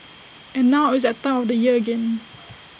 and now it's A time of the year again